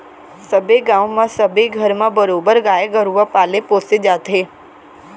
सबे गाँव म सबे घर म बरोबर गाय गरुवा पाले पोसे जाथे